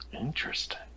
Interesting